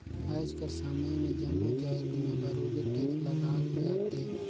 आएज कर समे में जम्मो जाएत में बरोबेर टेक्स लगाल जाथे